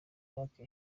myaka